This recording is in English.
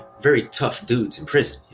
very tough dudes in prison. you